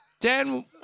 Dan